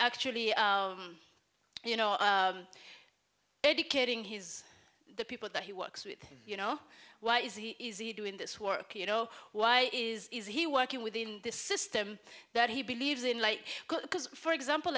actually you know educating his the people that he works with you know why is he doing this work you know why is he working within this system that he believes in like for example